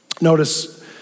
Notice